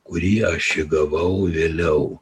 kurį aš įgavau vėliau